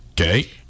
Okay